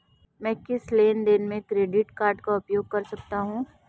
मैं किस लेनदेन में क्रेडिट कार्ड का उपयोग कर सकता हूं?